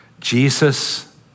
Jesus